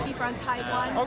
from taiwan. oh,